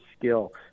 skill